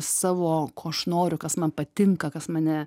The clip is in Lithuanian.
savo ko aš noriu kas man patinka kas mane